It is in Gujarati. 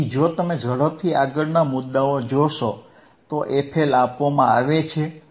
તેથી જો તમે ઝડપથી આગળના મુદાઓ જોશો તો fL આપવામાં આવે છે